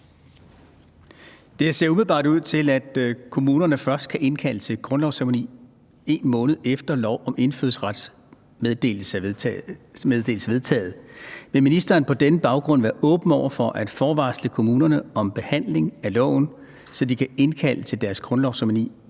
Det ser umiddelbart ud til, at kommunerne først kan indkalde til grundlovsceremonier, 1 måned efter lov om indfødsrets meddelelse er vedtaget, vil ministeren på den baggrund være åben over for at forvarsle kommunerne om behandlingen af loven, så de kan indkalde til deres grundlovsceremonier